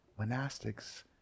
monastics